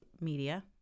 Media